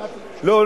לא,